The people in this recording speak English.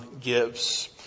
gives